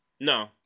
No